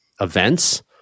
events